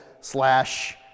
slash